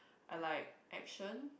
I like action